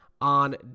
on